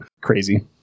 crazy